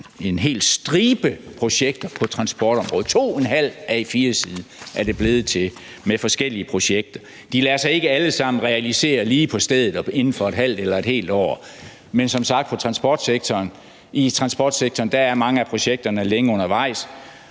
en hel stribe projekter på transportområdet – to en halv A4-side er det blevet til med forskellige projekter. De lader sig ikke alle sammen realisere lige på stedet eller inden for et halvt eller et helt år, men som sagt er det sådan i transportsektoren, at mange af projekterne er længe undervejs.